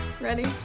ready